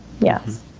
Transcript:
Yes